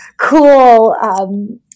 cool